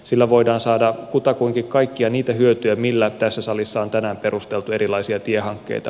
sillä voidaan saada kutakuinkin kaikkia niitä hyötyjä millä tässä salissa on tänään perusteltu erilaisia tiehankkeita